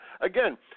again